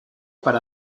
para